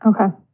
Okay